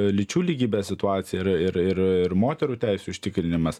lyčių lygybės situacija ir ir ir ir moterų teisių užtikrinimas